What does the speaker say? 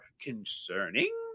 concerning